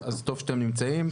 אז טוב שאתם נמצאים,